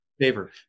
favor